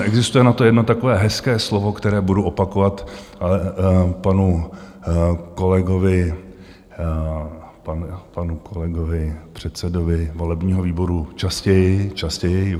Existuje na to jedno takové hezké slovo, které budu opakovat panu kolegovi... panu kolegovi... předsedovi volebního výboru, častěji...